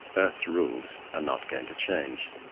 earth's rules are not going to change,